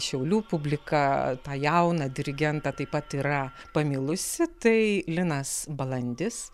šiaulių publika tą jauną dirigentą taip pat yra pamilusi tai linas balandis